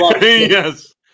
Yes